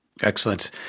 Excellent